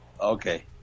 Okay